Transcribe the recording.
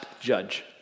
judge